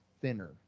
thinner